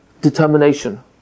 determination